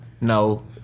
no